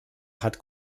hat